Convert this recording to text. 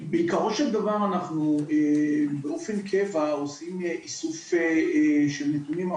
בעיקרו של דבר אנחנו באופן קבוע עושים איסוף של נתונים,